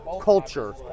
culture